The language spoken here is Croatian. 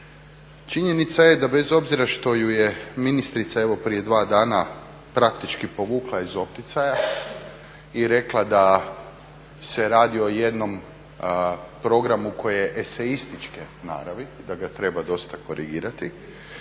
Činjenica je da bez obzira što ju je ministrica evo prije dva dana praktički povukla iz opticaja i rekla da se radi o jednom programu koji je esejističke naravi i da ga treba dosta korigirati,